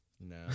No